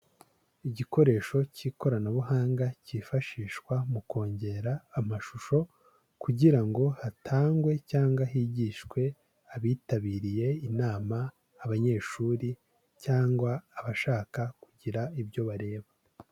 Igikoresho cy'ikoranabuhanga cyifashishwa mu kongera amashusho kugira ngo hatangwe cyangwa higishwe abitabiriye inama, abanyeshuri cyangwa abashaka kugira ibyo bareba.